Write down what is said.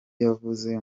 yavuze